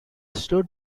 slow